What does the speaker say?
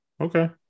Okay